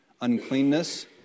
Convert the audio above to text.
uncleanness